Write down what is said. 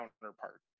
Counterpart